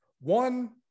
One